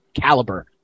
caliber